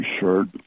shirt